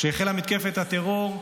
כשהחלה מתקפת הטרור,